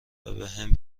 وبهم